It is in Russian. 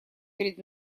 перед